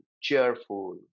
cheerful